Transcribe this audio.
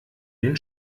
den